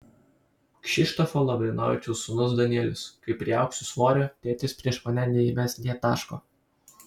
kšištofo lavrinovičiaus sūnus danielius kai priaugsiu svorio tėtis prieš mane neįmes nė taško